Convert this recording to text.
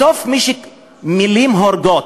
בסוף מילים הורגות.